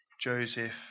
Joseph